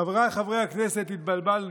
חבריי חברי הכנסת, התבלבלנו.